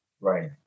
Right